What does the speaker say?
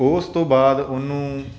ਉਸ ਤੋਂ ਬਾਅਦ ਉਹਨੂੰ